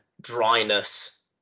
dryness